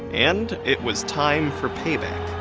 and it was time for payback.